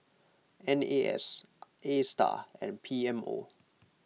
N A S Astar and P M O